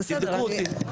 תבדקו אותי.